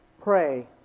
pray